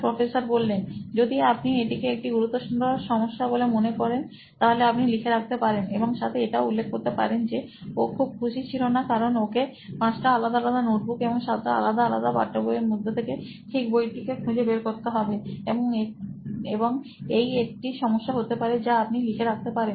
professor যদি আপনি এটিকে একটি গুরুতর সমস্যা বলে মনে করেন তাহলে আপনি লিখে রাখতে পারেন এবং সাথে এটাও উল্লেখ করতে পারেন যে ও খুব খুশি ছিল না কারন ওকে 5 টা আলাদা আলাদা নোটবুক এবং 7 টা আলাদা আলাদা পাঠ্যবইয়ের মধ্য থেকে ঠিক বইটি কে খু জে বের করতে হবে এবং এই একটি সমস্যা হতে পারে যা আপনি লিখে রাখতে পারেন